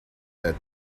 that